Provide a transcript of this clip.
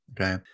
Okay